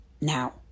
now